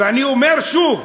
ואני אומר שוב,